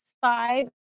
five